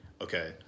okay